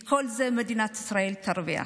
מכל זה מדינת ישראל תרוויח.